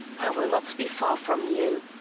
i will not be far from you.